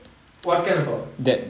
what kind of power